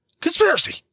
Conspiracy